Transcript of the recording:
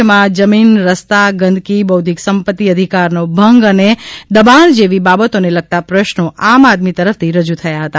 જેમાં જમીન ગંદકી બૌધ્યિક સંપતિ અધિકારનો ભંગ અને દબાણ જેવી બાબતોને લગતા પ્રશ્નો આમઆદમી તરફથી રજુ થયા હતા